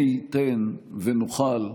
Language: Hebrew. מי ייתן ונוכל,